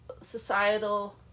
societal